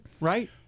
Right